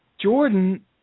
Jordan